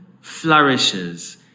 flourishes